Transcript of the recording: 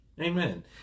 Amen